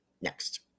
next